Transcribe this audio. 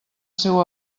seu